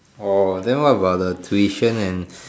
orh then what about the tuition and